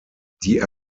die